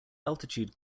altitude